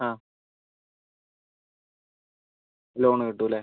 ആ ലോൺ കിട്ടും അല്ലേ